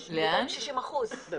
מעל 60 אחוזים.